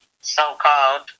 so-called